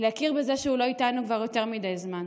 להכיר בזה שהוא לא איתנו כבר יותר מדי זמן,